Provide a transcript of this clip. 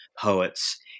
poets